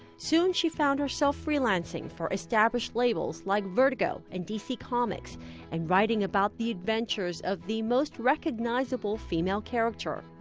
soon she found herself freelancing for established labels like vertigo and d c. comics and writing about the adventures of the most recognizable female character,